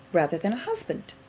rather than a husband?